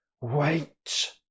Wait